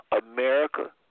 America